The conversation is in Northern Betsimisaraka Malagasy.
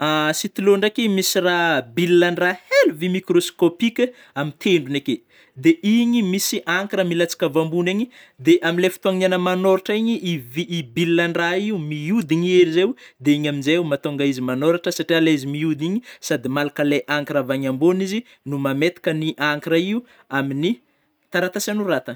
Stylo ndraiky misy raha bille-ndrah hely vue microscopika am tendrony ake, de igny misy encre milatsaka avy ambôny agny, de amlay fotôagnany anah magnôratra igny I vi- I bille ndrah io mihodigny hely zai o de igny amzaio matônga manôratra satria le izy mihodigny igny sady malaka le encre avy agny ambôny izy no mametaka ny encre io aminy taratasy anoratagna.